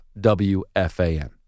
WFAN